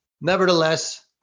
Nevertheless